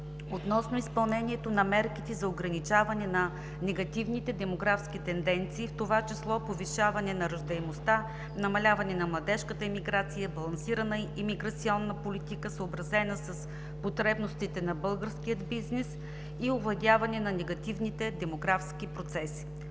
относно изпълнението на мерките за ограничаване на негативните демографски тенденции, в това число повишаване на раждаемостта, намаляване на младежката емиграция, балансирана имиграционна политика, съобразена с потребностите на българския бизнес, и овладяване на негативните демографски процеси.